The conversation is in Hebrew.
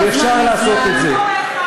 ואפשר לעשות את זה.